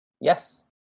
Yes